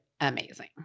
amazing